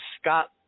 Scott